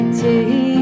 take